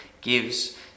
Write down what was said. gives